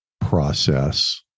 process